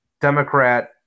Democrat